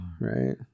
right